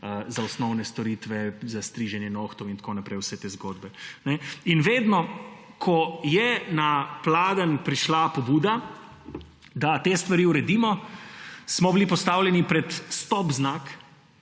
za osnovne storitve, za striženje nohtov in tako naprej, vse te zgodbe. In vedno ko je na pladenj prišla pobuda, da te stvari uredimo, smo bili postavljeni pred stop znak